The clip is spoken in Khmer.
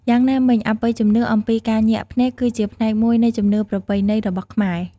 យ៉ាងណាមិញ អបិយជំនឿអំពីការញាក់ភ្នែក គឺជាផ្នែកមួយនៃជំនឿប្រពៃណីរបស់ខ្មែរ។